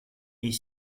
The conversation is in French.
est